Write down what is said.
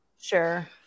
Sure